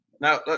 Now